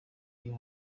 iyo